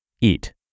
eat